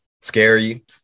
scary